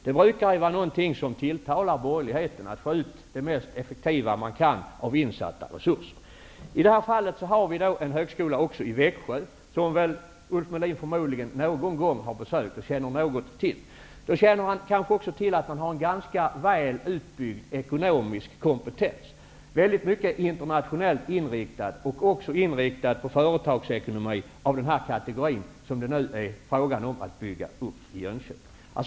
Det brukar vara någonting som tilltalar borgerligheten, att effektivt få ut det mesta man kan av insatta resurser. Vi har också en högskola i Växjö, som Ulf Melin väl någon gång har besökt och känner till. Han kanske också känner till att man där har en ganska väl utbyggd ekonomisk kompetens, att den är internationellt inriktad och även inriktad på företagsekonomi av den kategori som det nu är fråga om att bygga upp i Jönköping.